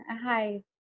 Hi